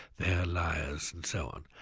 they are liars and so on.